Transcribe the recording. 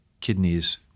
kidneys